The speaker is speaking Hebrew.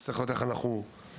נצטרך לבדוק כיצד לאכוף אותם.